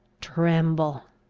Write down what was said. tremble!